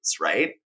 right